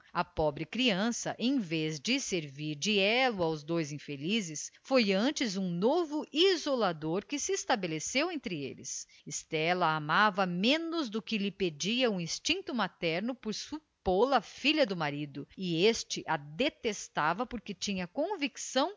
pobre criança em vez de servir de elo aos dois infelizes foi antes um novo isolador que se estabeleceu entre eles estela amava-a menos do que lhe pedia o instinto materno por supô la filha do marido e este a detestava porque tinha convicção